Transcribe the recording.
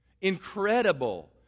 incredible